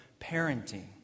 parenting